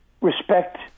respect